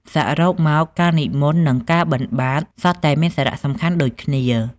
សរុបមក ការនិមន្តនឹងការបិណ្ឌបាតសុទ្ធតែមានសារៈសំខាន់ដូចគ្នា។